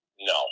No